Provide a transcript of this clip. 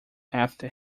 after